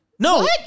No